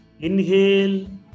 Inhale